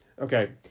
Okay